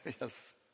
Yes